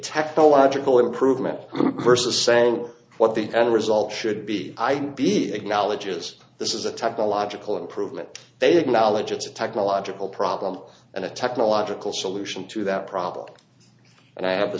technological improvement versus saying what the end result should be i'd be acknowledging is this is a technological improvement they acknowledge it's a technological problem and a technological solution to that problem and i have the